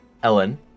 Ellen